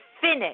finish